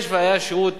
היה ושירות